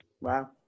Wow